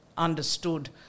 understood